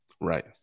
right